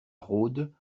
rhôde